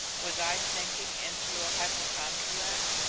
was i sinking into a hypochrondriac?